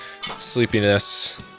sleepiness